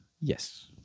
Yes